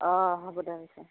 অঁ হ'ব দে হৈছে